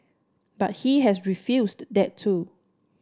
but he has refused that too